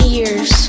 years